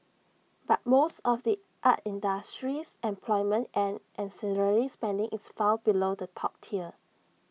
but most of the art industry's employment and ancillary spending is found below the top tier